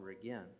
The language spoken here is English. again